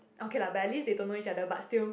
okay lah but at least they don't know each other but still